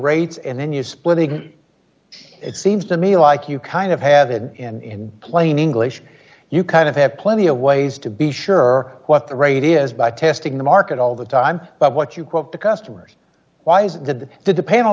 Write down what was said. rates and then you split it seems to me like you kind of have it in plain english you kind of have plenty of ways to be sure what the right is by testing the market all the time but what you call the customers two why did the panel